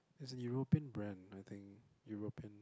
is an European brand I think European